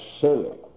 silly